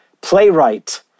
playwright